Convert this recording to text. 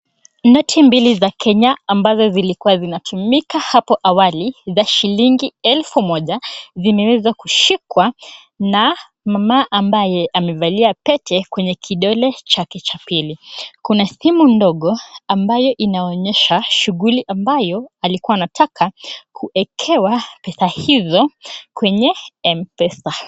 Noti mbili za Kenya ambazo zilikuwa zinatumika hapo awali za shilingi elfu moja zimeweza kushikwa na mama ambaye amevalia pete kwenye kidole chake cha pili. Kuna simu ndogo ambayo inaonyesha shughuli ambayo alikuwa anataka kuekewa pesa hizo kwenye M-pesa.